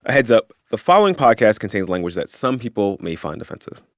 ah heads up the following podcast contains language that some people may find offensive